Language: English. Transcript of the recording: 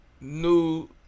New